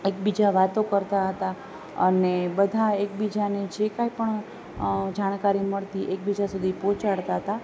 એકબીજા વાતો કરતાં હતાં અને બધાં એકબીજાને જે કઈ પણ જાણકારી મળતી એકબીજા સુધી પહોંચાડતાં હતાં